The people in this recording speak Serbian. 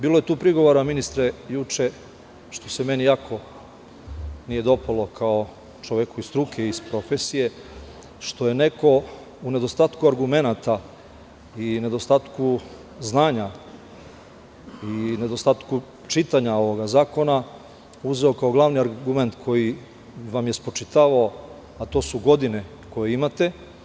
Bilo je tu prigovora, ministre, juče što ste meni jako nije dopalo kao čoveku iz struke, iz profesije, što je neko u nedostatku argumenata i nedostatku znanja i nedostatku čitanja ovog zakona, uzeo kao glavni argument koji vam je spočitavao, a to su godine koje imate.